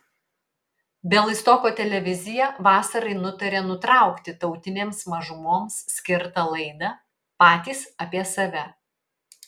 bialystoko televizija vasarai nutarė nutraukti tautinėms mažumoms skirtą laidą patys apie save